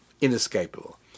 inescapable